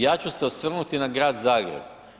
Ja ću se osvrnuti na grad Zagreb.